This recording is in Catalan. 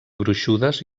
gruixudes